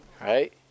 Right